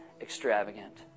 extravagant